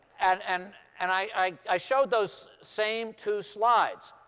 and and and i i showed those same two slides.